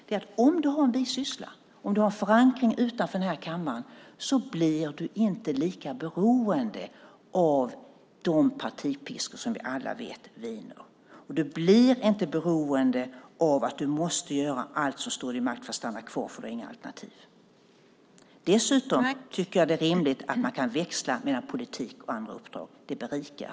Det är att om du har en bisyssla, om du har en förankring utanför den här kammaren, blir du inte lika beroende av de partipiskor som vi alla vet viner. Du blir inte beroende av att göra allt som står i din makt för att stanna kvar för att du inte har några alternativ. Dessutom tycker jag att det är rimligt att man kan växla mellan politik och andra uppdrag. Det berikar.